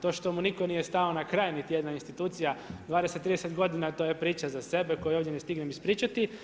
To što mu nitko nije stao na kraj, niti jedna institucija 20-30 godina, to je priča za sebe koju ovdje ne stignem ispričati.